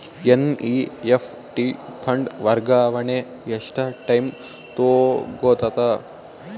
NEFT fund ವರ್ಗಾವಣೆ ಎಷ್ಟ time ತೋಗೊತದ?